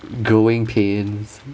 growing pains